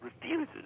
refuses